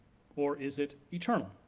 or is it eternal?